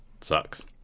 sucks